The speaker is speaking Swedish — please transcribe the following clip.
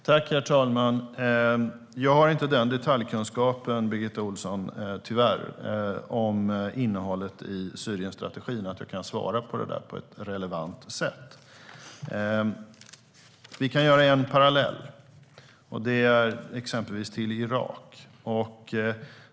Herr talman! Jag har tyvärr inte den detaljkunskapen om innehållet i Syrienstrategin, Birgitta Ohlsson, att jag kan svara på det på ett relevant sätt. Vi kan dra en parallell till exempelvis Irak.